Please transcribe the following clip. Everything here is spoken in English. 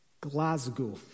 Glasgow